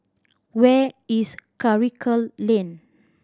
where is Karikal Lane